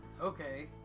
Okay